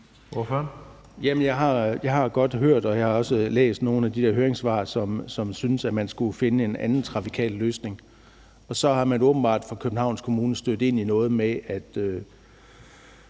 Jeg har også læst nogle af de der høringssvar, som synes, at man skulle finde en anden trafikal løsning. Så er man åbenbart i Københavns Kommune stødt ind i noget med, at